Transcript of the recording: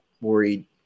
worried